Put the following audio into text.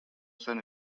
sen